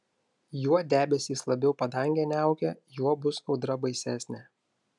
juo debesys labiau padangę niaukia juo bus audra baisesnė